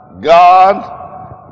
God